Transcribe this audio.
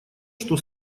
что